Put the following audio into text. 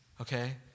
Okay